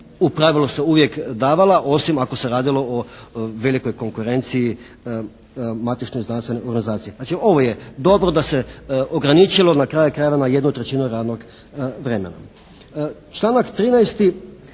u pravilu se uvijek davala osim ako se radilo o velikoj konkurenciji matične znanstvene organizacije. Znači ovo je dobro da se ograničilo na kraju krajeva na jednu trećinu radnog vremena.